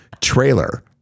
trailer